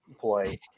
play